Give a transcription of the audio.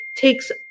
takes